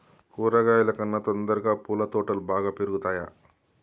కూరగాయల కన్నా తొందరగా పూల తోటలు బాగా పెరుగుతయా?